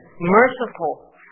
merciful